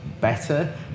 better